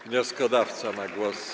Wnioskodawca ma głos.